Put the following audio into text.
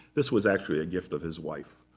this was actually a gift of his wife.